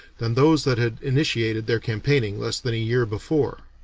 than those that had initiated their campaigning less than a year before.